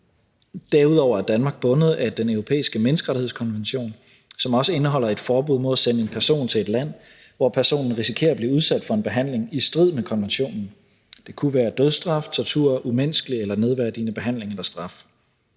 Derudover er Danmark bundet af Den Europæiske Menneskerettighedskonvention, som også indeholder et forbud mod at sende en person til et land, hvor personen risikerer at blive udsat for en behandling i strid med konventionen. Det kunne være dødsstraf, tortur eller umenneskelig eller nedværdigende behandling eller straf.